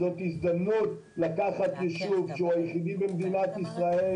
זאת הזדמנות לקחת את היישוב היחידי במדינת ישראל